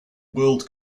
world